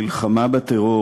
המלחמה בטרור